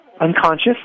Unconscious